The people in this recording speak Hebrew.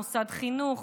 מוסד חינוך,